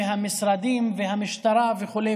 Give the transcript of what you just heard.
המשרדים והמשטרה וכו',